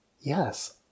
Yes